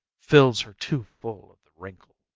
fills her too full of the wrinkle.